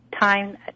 time